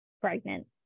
pregnant